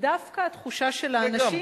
ודווקא התחושה של האנשים, זה גם.